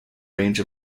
range